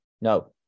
No